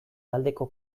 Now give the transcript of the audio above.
taldeko